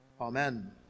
Amen